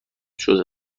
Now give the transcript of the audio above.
شده